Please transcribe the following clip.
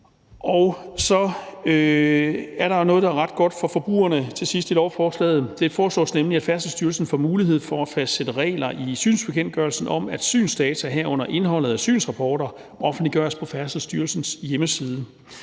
Og så er der noget, der er ret godt for forbrugerne, til sidst i lovforslaget. Det foreslås nemlig, at Færdselsstyrelsen får mulighed for at fastsætte regler i synsbekendtgørelsen om, at synsdata, herunder indholdet af synsrapporter, offentliggøres på Færdselsstyrelsens hjemmeside.